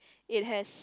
it has